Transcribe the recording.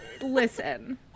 listen